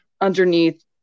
underneath